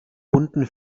bunten